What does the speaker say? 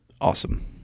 Awesome